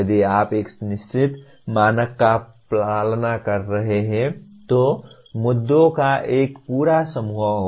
यदि आप एक निश्चित मानक का पालन कर रहे हैं तो मुद्दों का एक पूरा समूह होगा